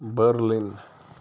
Berlin